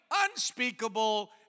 unspeakable